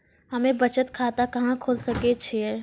हम्मे बचत खाता कहां खोले सकै छियै?